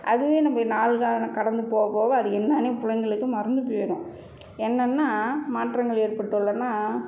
அதுவே நம்ம நாள் காலம் கடந்து போக போக அது என்னன்னே பிள்ளைங்களுக்கு மறந்து போய்டும் என்னென்ன மாற்றங்கள் ஏற்பட்டுள்ளதுனா